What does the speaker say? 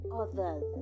others